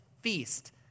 feast